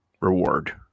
reward